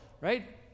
right